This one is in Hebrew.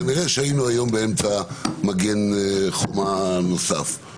כנראה שהיינו היום באמצע מגן חומה נוסף.